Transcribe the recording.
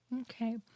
okay